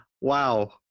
wow